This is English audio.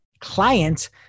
client